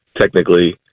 technically